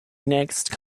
next